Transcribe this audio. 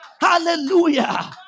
hallelujah